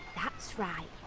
that's right,